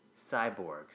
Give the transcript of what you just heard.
cyborgs